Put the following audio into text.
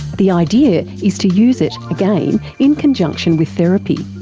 the idea is to use it, again, in conjunction with therapy.